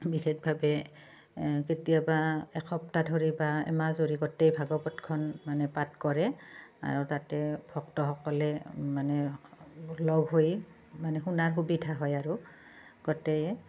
বিশেষভাৱে কেতিয়াবা এসপ্তাহ ধৰি বা এমাহ জুৰি গোটেই ভাগৱতখন মানে পাঠ কৰে আৰু তাতে ভক্তসকলে মানে লগ হৈ মানে শুনাৰ সুবিধা হয় আৰু গোটেই